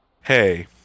hey